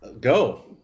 go